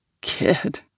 kid